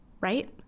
right